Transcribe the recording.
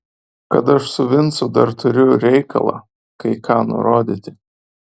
kad aš su vincu dar turiu reikalą kai ką nurodyti